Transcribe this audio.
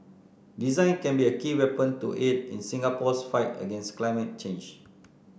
design can be a key weapon to aid in Singapore's fight against climate change